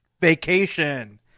Vacation